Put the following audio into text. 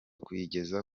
kuyigeza